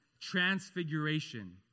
transfiguration